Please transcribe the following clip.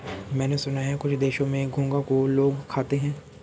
मैंने सुना है कुछ देशों में घोंघा को लोग खाते हैं